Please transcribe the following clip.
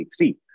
2023